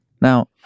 Now